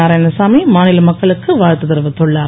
நாராயணசாமி மாநில மக்களுக்கு வாழ்த்து தெரிவித்துள்ளார்